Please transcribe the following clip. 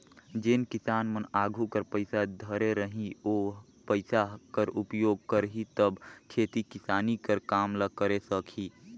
जेन किसान मन आघु कर पइसा धरे रही ओ पइसा कर उपयोग करही तब खेती किसानी कर काम ल करे सकही